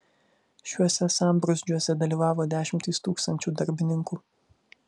šiuose sambrūzdžiuose dalyvavo dešimtys tūkstančių darbininkų